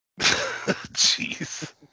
Jeez